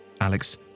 Alex